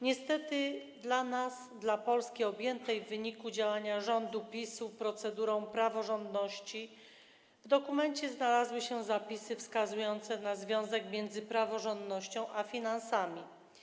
Niestety dla nas, dla Polski objętej w wyniku działania rządu PiS procedurą praworządności, w dokumencie znalazły się zapisy wskazujące na związek między praworządnością a finansami.